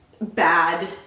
bad